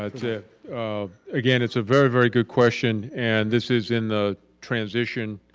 ah to um again it's a very, very good question and this is in the transition,